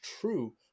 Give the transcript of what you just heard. true